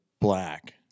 black